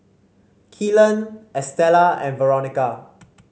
Kellan Estella and Veronica